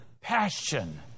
passion